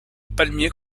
palmiers